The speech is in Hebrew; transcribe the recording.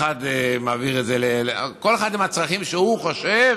אחד מעביר את זה, כל אחד עם הצרכים שהוא חושב,